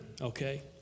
Okay